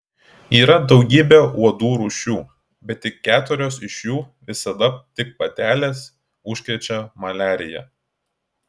yra daugybė uodų rūšių bet tik keturios iš jų visada tik patelės užkrečia maliarija